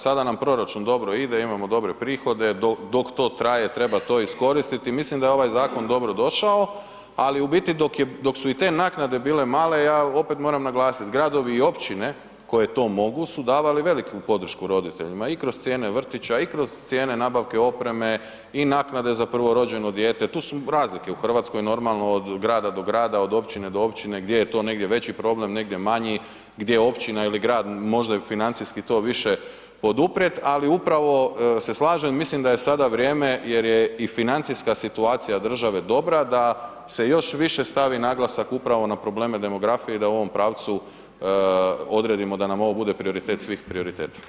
Sada nam proračun dobro ide, imamo dobre prihode, dok to traje, treba to iskoristiti i mislim da je ovaj zakon dobrodošao ali u biti dok su i te naknade bile male, ja opet moram naglasit, gradovi i općine koje to mogu su davale veliku podršku roditeljima i kroz cijene vrtiće, i kroz cijene nabavke opreme i naknada za prvorođeno dijete, tu su razlike u Hrvatskoj normalno od grada do grada, od općine do općine gdje je to negdje veći problem, negdje manji, gdje općina ili grad može financijski to više poduprijet ali upravo se slažem, mislim da je sada vrijeme jer je i financijska situacija države dobra da se još više stavi naglasak upravo na probleme demografije i da u ovom pravcu odredimo da nam ovo bude prioritet svih prioriteta.